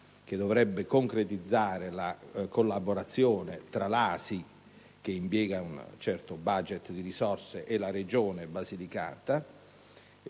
che dovrebbe concretizzare la collaborazione tra l'ASI, che impiega un certo*budget* di risorse, e la Regione Basilicata.